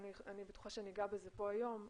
ואני בטוחה שנגע בזה כאן היום,